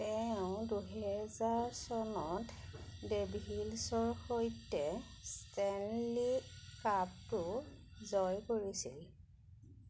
তেওঁ দুহেজাৰ চনত ডেভিলছৰ সৈতে ষ্টেনলী কাপটো জয় কৰিছিল